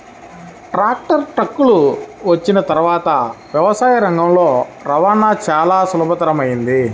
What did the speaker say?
tractor, ట్రక్కులు వచ్చిన తర్వాత వ్యవసాయ రంగంలో రవాణా చాల సులభతరమైంది